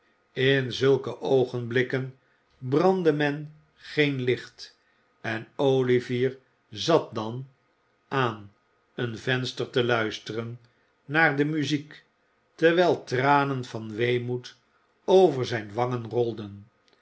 in zulke oogenblikken brandde men geen licht en olivier zat dan aan een venster en luisterde naar de muziek terwijl tranen van weemoed over zijne wangen rolden